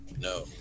No